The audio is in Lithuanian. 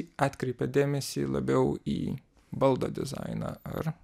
atkreipia dėmesį labiau į baldo dizainą ar